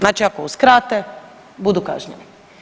Znači ako uskrate budu kažnjeni.